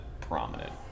prominent